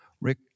Rick